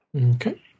Okay